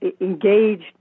engaged